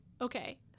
okay